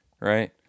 right